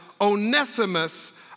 Onesimus